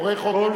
פורעי חוק הם לא,